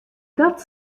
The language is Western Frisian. dat